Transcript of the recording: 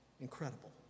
Incredible